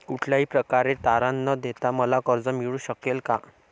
कुठल्याही प्रकारचे तारण न देता मला कर्ज मिळू शकेल काय?